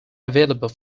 available